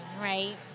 right